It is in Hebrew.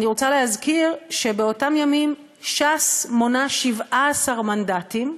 אני רוצה להזכיר שבאותם ימים ש"ס מונה 17 מנדטים,